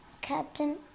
captain